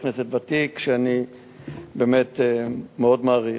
חבר כנסת ותיק שאני באמת מאוד מעריך.